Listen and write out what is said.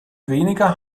weniger